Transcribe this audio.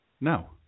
No